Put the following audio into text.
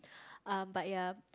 uh but ya